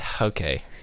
Okay